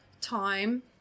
Time